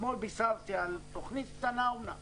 אתמול בישרתי על תוכנית קטנה אומנם,